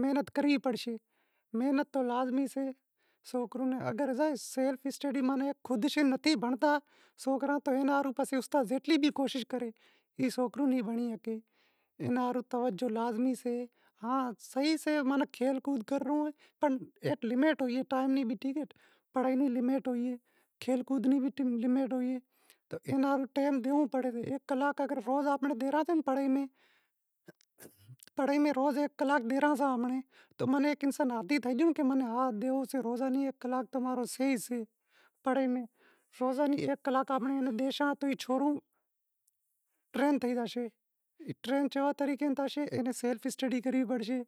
محنت کرنڑی پڑشے، اگر سوکرا خود نہیں بھنڑتا تو پسے استاد زیتلی بھی کوشش کرے ای سوکرو نیں بھنڑے۔ اینا ہاروں توجہ ضروری سے، صحیح سے کھیل کود بھی کرے، ایک لمیٹ ہوئے، روزانی ایک کلاک آپیں ڈیشاں تو ای چھورو ٹرینڈ تھئی زائیشے۔